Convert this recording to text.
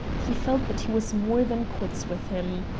he felt that he was more than quits with him.